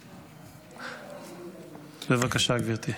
בבקשה, גברתי.